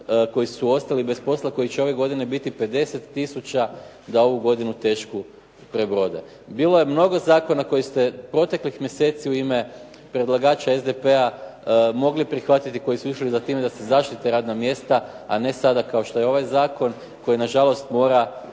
koji su ostali bez posla, koji će ove godine biti 50 tisuća da ovu godinu tešku prebrode. Bilo je mnogo zakona koje ste proteklih mjeseci u ime predlagača SDP-a mogli prihvatiti koji su išli za time da se zaštite radna mjesta, a ne sada kao što je ovaj zakon koji na žalost mora